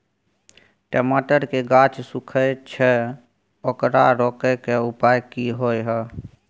टमाटर के गाछ सूखे छै ओकरा रोके के उपाय कि होय है?